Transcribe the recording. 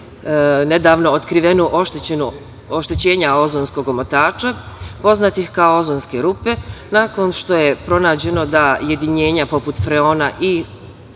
nedavno otkrivena oštećenja ozonskog omotača, poznatih kao ozonske rupe, nakon što je pronađeno da jedinjenja poput freona i